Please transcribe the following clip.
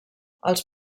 els